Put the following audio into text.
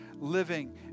living